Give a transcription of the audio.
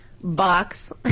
Box